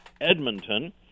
Edmonton